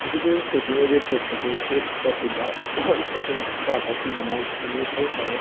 मध्य Pradesh technology क्षेत्र को विशेष प्रतिभा कौशल को आकर्षित बनाए रखने के लिए कई सारे